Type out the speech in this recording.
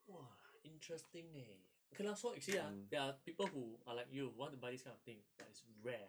!wah! interesting eh okay lor so you see ah there are people who are like you want to buy this kind of thing but it's rare